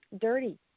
dirty